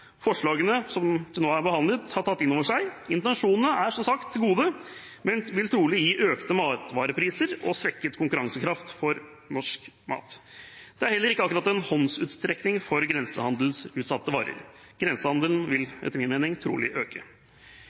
forslagene, som til nå er behandlet, har tatt inn over seg. Intensjonene er, som sagt, gode, men vil trolig gi økte matvarepriser og svekket konkurransekraft for norsk mat. Det er heller ikke akkurat en håndsrekning for grensehandelsutsatte varer. Grensehandelen vil etter min mening trolig øke.